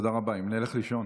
תודה רבה, אם נלך לישון.